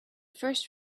first